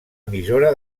emissora